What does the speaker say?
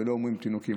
לא אומרים "תינוקים".